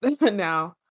now